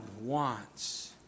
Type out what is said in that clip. wants